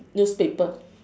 newspaper